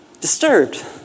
Disturbed